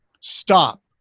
stop